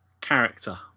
character